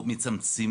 או יותר נכון